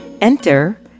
Enter